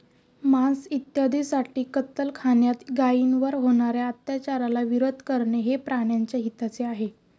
मांस इत्यादींसाठी कत्तलखान्यात गायींवर होणार्या अत्याचाराला विरोध करणे हे प्राण्याच्या हिताचे आहे